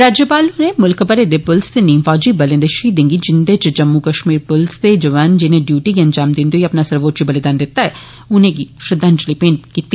राज्यपाल होरे मुल्ख भरै दे पुलस ते नीम फौजी बलें दे शहीदें गी जिन्दे च जम्मू कश्मीर पुलस दे जौआन जिने डियूटी गी अंजाम दिन्दे होई अपना स्वोच्चय बलिदान दिता ऐ उनें गी श्रद्वांजलि मेंट कीती